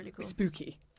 spooky